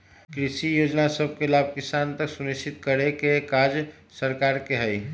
कृषि जोजना सभके लाभ किसान तक सुनिश्चित करेके काज सरकार के हइ